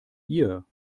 ihr